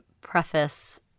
preface